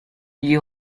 gli